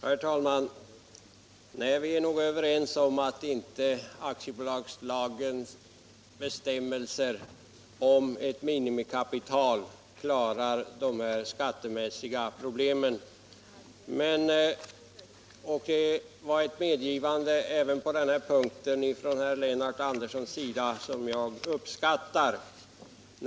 Herr talman! Nej, vi är nog överens om att aktiebolagslagens bestämmelser om ett minimikapital inte klarar de här skatteproblemen. Det var även på denna punkt ett medgivande från Lennart Anderssons sida som jag uppskattar.